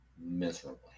miserably